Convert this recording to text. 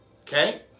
Okay